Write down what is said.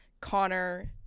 connor